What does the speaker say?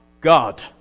God